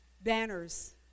Banners